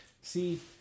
See